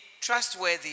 trustworthy